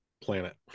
planet